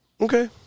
Okay